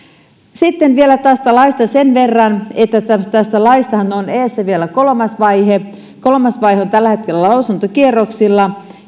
sitten vielä tästä laista sen verran että tästä laistahan on edessä vielä kolmas vaihe kolmas vaihe on tällä hetkellä lausuntokierroksilla